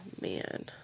man